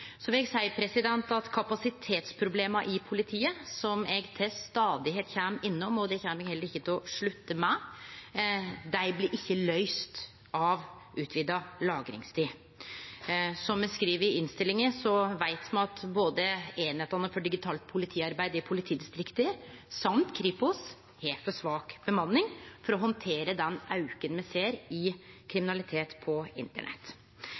Så vil eg seie at kapasitetsproblema i politiet, som eg til stadigheit kjem innom – og det kjem eg heller ikkje til å slutte med – ikkje blir løyste av utvida lagringstid. Som me skriv i innstillinga, veit me at både Kripos og einingane for digitalt politiarbeid i politidistrikta har for svak bemanning til å handtere den auken me ser i kriminalitet på internett.